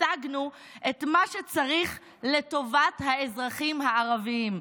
השגנו את מה שצריך לטובת האזרחים הערבים,